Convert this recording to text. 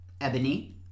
Ebony